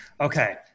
Okay